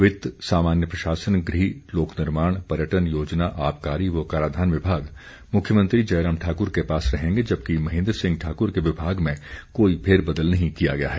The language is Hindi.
वित्त सामान्य प्रशासन गृह लोक निर्माण पर्यटन योजना आबकारी व कराधान विभाग मुख्यमंत्री जयराम ठाक्र के पास रहेंगे जबकि महेन्द्र सिंह ठाक्र के विभाग में कोई फेरबदल नहीं किया गया है